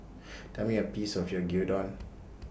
Tell Me The Price of Gyudon